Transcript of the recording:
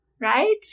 right